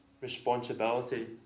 responsibility